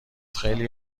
خیلی